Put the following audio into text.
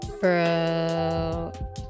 Bro